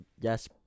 Yes